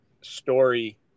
story